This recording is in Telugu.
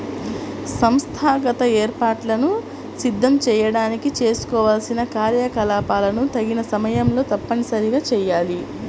సంస్థాగత ఏర్పాట్లను సిద్ధం చేయడానికి చేసుకోవాల్సిన కార్యకలాపాలను తగిన సమయంలో తప్పనిసరిగా చేయాలి